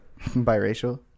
Biracial